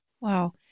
Wow